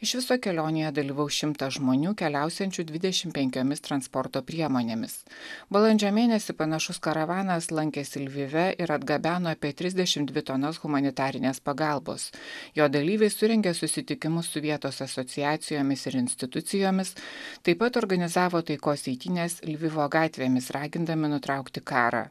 iš viso kelionėje dalyvaus šimtas žmonių keliausiančių dvidešim penkiomis transporto priemonėmis balandžio mėnesį panašus karavanas lankėsi lvive ir atgabeno apie trisdešim dvi tonas humanitarinės pagalbos jo dalyviai surengė susitikimus su vietos asociacijomis ir institucijomis taip pat organizavo taikos eitynes lvivo gatvėmis ragindami nutraukti karą